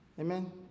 amen